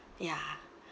ya